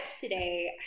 today